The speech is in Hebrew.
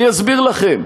אני אסביר לכם: